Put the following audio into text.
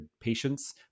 patients